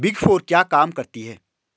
Big four क्या काम करती है?